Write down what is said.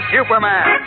Superman